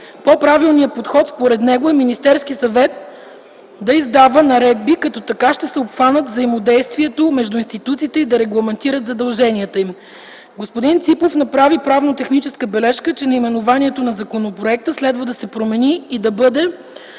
По правилния подход, според него е Министерският съвет да издава наредби, като така ще се обхванат взаимодействието между институциите и регламентират задълженията им. Господин Ципов направи правно-техническа бележка, че наименованието на законопроекта следва да се промени и да бъде: